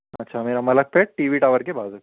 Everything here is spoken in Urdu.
اچھا میرا Malakpet T V tower کے بازو